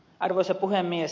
arvoisa puhemies